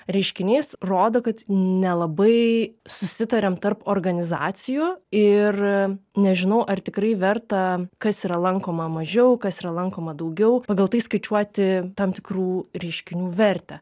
reiškinys rodo kad nelabai susitariam tarp organizacijų ir nežinau ar tikrai verta kas yra lankoma mažiau kas yra lankoma daugiau pagal tai skaičiuoti tam tikrų reiškinių vertę